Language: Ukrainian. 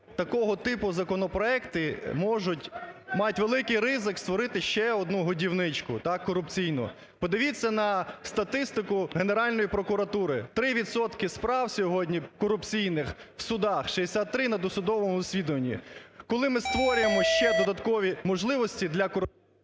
такого типу законопроекти можуть мати великий ризик створити ще одну годівничку – так? – корупційну. Подивіться на статистику Генеральної прокуратури: 3 відсотки справ сьогодні, корупційних, в судах, 63 – на досудовому розслідуванні. Коли ми створюємо ще додаткові можливості для коруп…